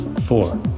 four